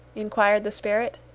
inquired the spirit.